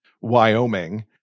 wyoming